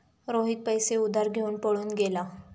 रोहित पैसे उधार घेऊन पळून गेला